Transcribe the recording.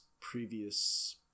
previous